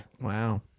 Wow